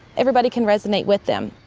everybody can resonate with them.